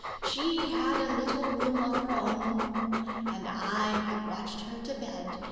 she had a little room of her own and i had watched her to bed,